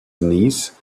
knees